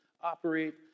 operate